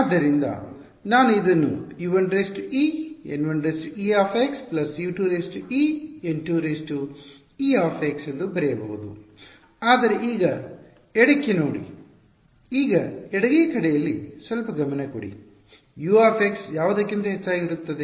ಆದ್ದರಿಂದ ನಾನು ಇದನ್ನು U1eN 1e U2eN 2e ಎಂದು ಬರೆಯಬಹುದು ಆದರೆ ಈಗ ಎಡಕ್ಕೆ ನೋಡಿ ಈಗ ಎಡಗೈ ಕಡೆಯಲ್ಲಿ ಸ್ವಲ್ಪ ಗಮನ ಕೊಡಿ U ಯಾವುದಕ್ಕಿಂತ ಹೆಚ್ಚಾಗಿರುತ್ತದೆ